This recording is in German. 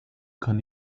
kann